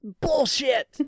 bullshit